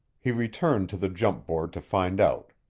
he returned to the jump-board to find out.